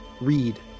read